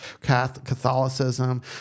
Catholicism